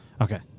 Okay